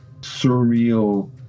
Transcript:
surreal